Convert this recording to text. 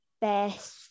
best